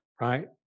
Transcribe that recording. right